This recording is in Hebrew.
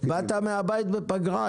הערות מהציבור שהגיעו בתקופה הזאת,